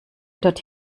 dort